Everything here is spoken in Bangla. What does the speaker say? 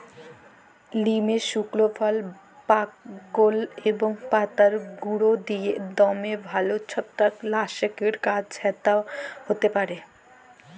লিমের সুকলা ফল, বাকল এবং পাতার গুঁড়া দিঁয়ে দমে ভাল ছত্রাক লাসকের কাজ হ্যতে পারে